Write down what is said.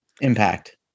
impact